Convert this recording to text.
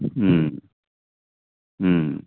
अँ अँ